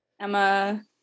Emma